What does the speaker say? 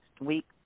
week